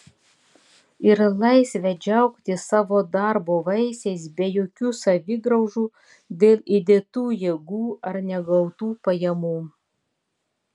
ir laisvę džiaugtis savo darbo vaisiais be jokių savigraužų dėl įdėtų jėgų ar negautų pajamų